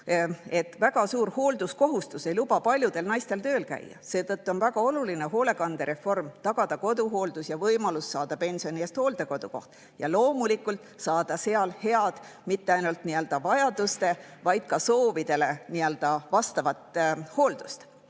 Väga suur hoolduskohustus ei luba paljudel naistel tööl käia, seetõttu on väga oluline hoolekandereform, et tagada koduhooldus ja võimalus saada pensioni eest hooldekodukoht ja loomulikult saada seal mitte ainult vajadustele, vaid ka soovidele vastavat head hooldust.